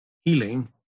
healing